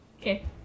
Okay